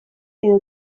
edo